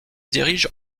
dirige